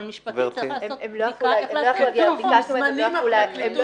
אבל צריך לעשות בדיקה איך לעשות את זה מבחינה משפטית.